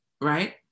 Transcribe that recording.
right